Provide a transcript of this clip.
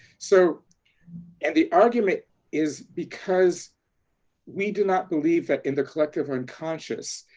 so and the argument is, because we do not believe that in the collective unconscious,